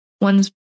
One's